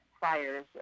fires